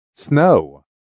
Snow